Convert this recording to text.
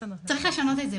צריך לשנות את זה,